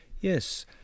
Yes